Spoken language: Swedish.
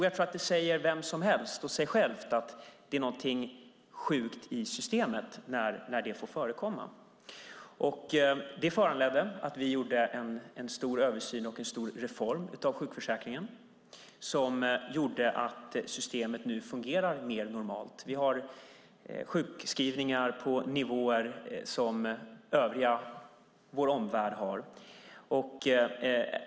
Jag tror att det säger vem som helst och sig självt att det är någonting sjukt i systemet när detta får förekomma. Det föranledde att vi gjorde en stor översyn och en stor reform av sjukförsäkringen som gjorde att systemet nu fungerar mer normalt. Vi har nu sjukskrivningar på samma nivåer som vår omvärld.